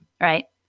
right